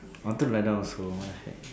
I wanted to lie down also what the heck